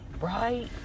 Right